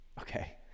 Okay